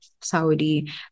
Saudi